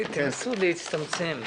תנסו להצטמצם.